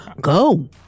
Go